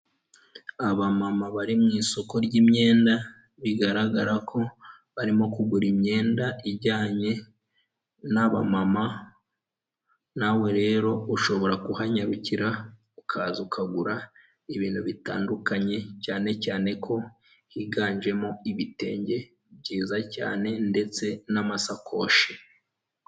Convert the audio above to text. Abamama bari mu isoko ry'imyenda bigaragara ko barimo kugura imyenda ijyanye n'abamama, nawe rero ushobora kuhanyarukira ukaza ukagura ibintu bitandukanye, cyane cyane ko higanjemo ibitenge byiza cyane ndetse n'amasakoshi.